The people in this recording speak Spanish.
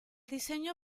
diseño